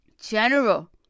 General